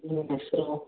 ನಿಮ್ಮ ಹೆಸರು